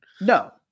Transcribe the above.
No